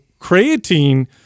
creatine